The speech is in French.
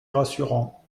rassurant